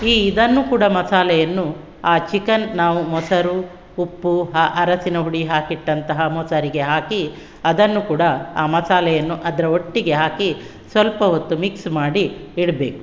ಈ ಇದನ್ನು ಕೂಡ ಮಸಾಲೆಯನ್ನು ಆ ಚಿಕನ್ ನಾವು ಮೊಸರು ಉಪ್ಪು ಹ ಅರಸಿನ ಹುಡಿ ಹಾಕಿಟ್ಟಂತಹ ಮೊಸರಿಗೆ ಹಾಕಿ ಅದನ್ನು ಕೂಡ ಆ ಮಸಾಲೆಯನ್ನು ಅದರ ಒಟ್ಟಿಗೆ ಹಾಕಿ ಸ್ವಲ್ಪ ಹೊತ್ತು ಮಿಕ್ಸ್ ಮಾಡಿ ಇಡಬೇಕು